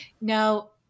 Now